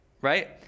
right